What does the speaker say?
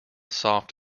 soft